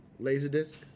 LaserDisc